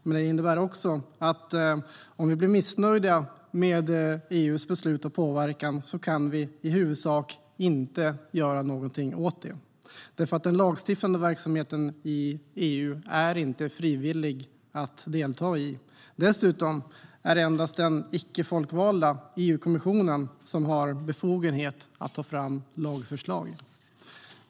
Men det innebär också att vi, om vi blir missnöjda med EU:s beslut och påverkan, i stort sett inte kan göra någonting åt det. Den lagstiftande verksamheten i EU är nämligen inte frivillig. Dessutom är det endast den icke folkvalda EU-kommissionen som har befogenhet att ta fram lagförslag.